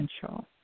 potential